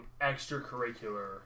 extracurricular